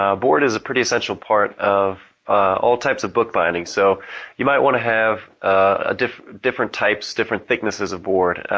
um board is a pretty essential part of all types of bookbinding, so you might want to have ah different different types, different thicknesses of board.